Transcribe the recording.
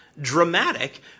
dramatic